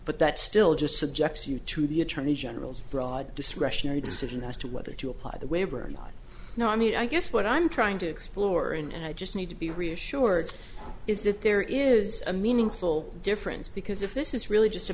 but that still just subjects you to the attorney general's broad discretionary decision as to whether to apply the web or not no i mean i guess what i'm trying to explore and i just need to be reassured is that there is a meaningful difference because if this is really just a